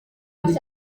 ndi